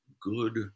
good